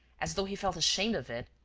as though he felt ashamed of it,